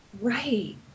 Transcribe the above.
Right